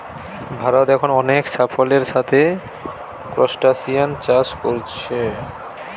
ভারত এখন অনেক সাফল্যের সাথে ক্রস্টাসিআন চাষ কোরছে